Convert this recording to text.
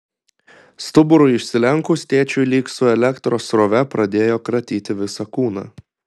stuburui išsilenkus tėčiui lyg su elektros srove pradėjo kratyti visą kūną